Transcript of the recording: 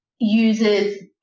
uses